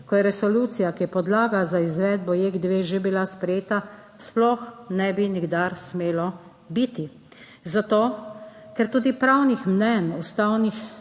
ko je resolucija, ki je podlaga za izvedbo JEK 2, že bila sprejeta, sploh ne bi nikdar smelo biti, zato, ker tudi pravnih mnenj ustavnih